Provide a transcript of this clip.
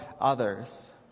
others